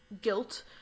guilt